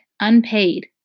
unpaid